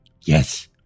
Yes